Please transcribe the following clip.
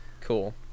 Cool